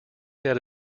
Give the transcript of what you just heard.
that